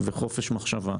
וחופש מחשבה.